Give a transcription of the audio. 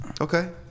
okay